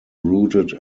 routed